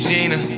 Gina